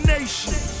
Nation